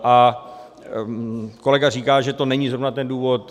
A kolega říká, že to není zrovna ten důvod.